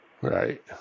Right